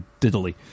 diddly